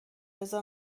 بزار